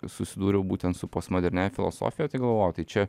susidūriau būtent su postmoderniąja filosofija tai galvojau tai čia